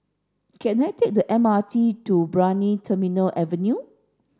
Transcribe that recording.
can I take the M R T to Brani Terminal Avenue